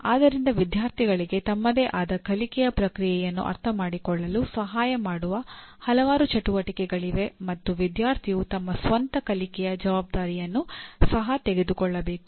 ಆದ್ದರಿಂದ ವಿದ್ಯಾರ್ಥಿಗಳಿಗೆ ತಮ್ಮದೇ ಆದ ಕಲಿಕೆಯ ಪ್ರಕ್ರಿಯೆಯನ್ನು ಅರ್ಥಮಾಡಿಕೊಳ್ಳಲು ಸಹಾಯ ಮಾಡುವ ಹಲವಾರು ಚಟುವಟಿಕೆಗಳಿವೆ ಮತ್ತು ವಿದ್ಯಾರ್ಥಿಯು ತಮ್ಮ ಸ್ವಂತ ಕಲಿಕೆಯ ಜವಾಬ್ದಾರಿಯನ್ನು ಸಹ ತೆಗೆದುಕೊಳ್ಳಬೇಕು